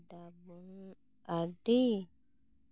ᱟᱹᱰᱤ